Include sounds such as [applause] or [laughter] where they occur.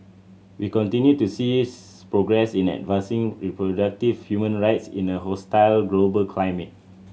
we continue to see [unintelligible] progress in advancing reproductive human rights in a hostile global climate